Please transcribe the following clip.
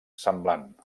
semblant